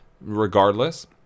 regardless